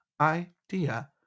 idea